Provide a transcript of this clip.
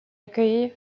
accueillent